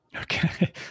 Okay